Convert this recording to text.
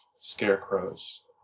scarecrows